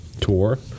tour